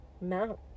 Mount